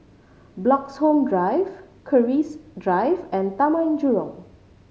Bloxhome Drive Keris Drive and Taman Jurong